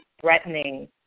threatening